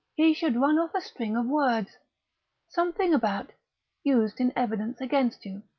he should run off a string of words something about used in evidence against you.